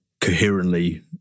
coherently